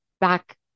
back